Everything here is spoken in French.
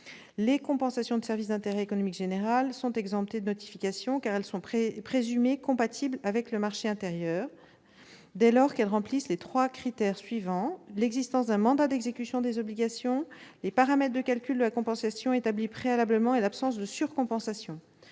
Les compensations de service d'intérêt économique général sont exemptées de notification, car elles sont présumées compatibles avec le marché intérieur, dès lors qu'elles remplissent les trois critères suivants : l'existence d'un mandat d'exécution des obligations, les paramètres de calcul de la compensation établis préalablement et l'absence de surcompensation.